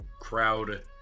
crowd